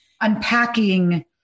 unpacking